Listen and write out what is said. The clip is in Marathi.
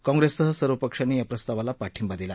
काँग्रेससह सर्व पक्षांनी या प्रस्तावाला पाठिंबा दिला